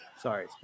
Sorry